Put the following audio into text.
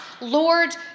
Lord